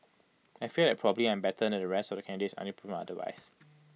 I feel that probably I am better than the rest of the candidates until proven otherwise